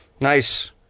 Nice